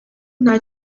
nta